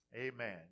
Amen